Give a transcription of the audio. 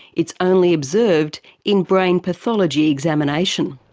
it's only observed in brain pathology examination.